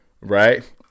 Right